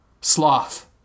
Sloth